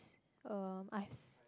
um I have